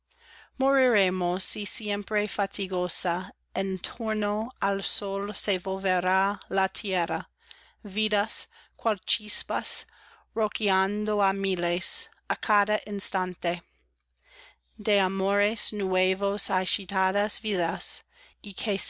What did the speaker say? moriremos y siempre fatigosa en torno al sol se volverá la tierra vidas cual chispas rociando á miles á cada instante de amores nuevos agitadas vidas y